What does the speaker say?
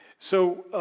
so,